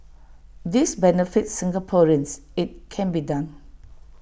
this benefits Singaporeans IT can be done